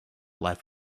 life